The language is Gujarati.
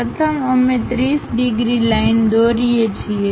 પ્રથમ અમે 30 ડિગ્રી લાઈન દોરીએ છીએ